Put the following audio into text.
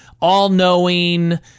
all-knowing